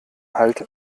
halt